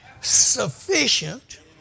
sufficient